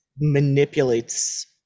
manipulates